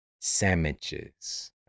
sandwiches